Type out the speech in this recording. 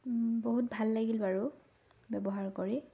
বহুত ভাল লাগিল বাৰু ব্যৱহাৰ কৰি